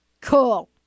Cool